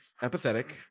empathetic